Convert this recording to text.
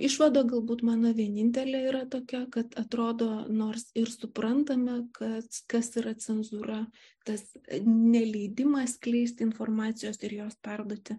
išvada galbūt mano vienintelė yra tokia kad atrodo nors ir suprantame kad kas yra cenzūra tas neleidimas skleisti informacijos ir jos perduoti